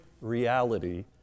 reality